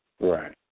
Right